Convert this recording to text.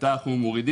מתי אנחנו מורידים.